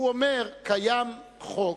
הוא אומר שקיים חוק,